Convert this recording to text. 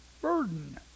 Burden